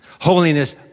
Holiness